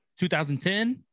2010